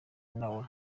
nawe